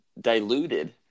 diluted